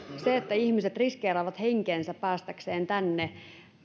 se että ihmiset riskeeraavat henkensä päästäkseen tänne